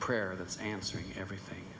prayer that's answering everything